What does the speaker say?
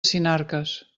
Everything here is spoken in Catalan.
sinarques